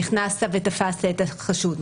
נכנסת ותפסת את החשוד,